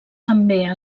també